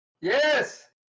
yes